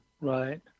Right